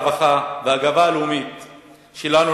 הרווחה והגאווה הלאומית שלנו,